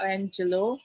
Angelo